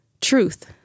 truth